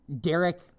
Derek